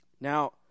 Now